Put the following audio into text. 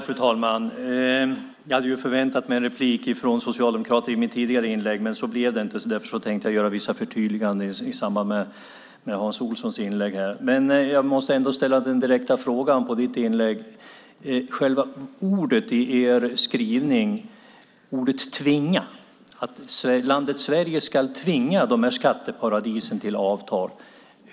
Fru talman! Jag hade förväntat mig repliker från socialdemokrater på mitt tidigare inlägg, men så blev det inte. Därför tänkte jag göra vissa förtydliganden i samband med Hans Olssons inlägg. Jag måste ändå ställa en direkt fråga på ditt inlägg. Ni har ordet "tvinga" med i er skrivning, att landet Sverige ska tvinga skatteparadisen till att sluta avtal.